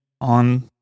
on